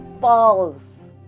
false